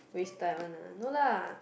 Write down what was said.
waste time one lah no lah